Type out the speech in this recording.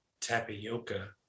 tapioca